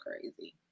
crazy